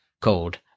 called